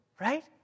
right